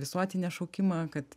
visuotinį šaukimą kad